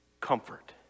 Comfort